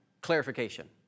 clarification